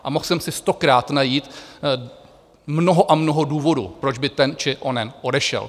A mohl jsem si stokrát najít mnoho a mnoho důvodů, proč by ten či onen odešel.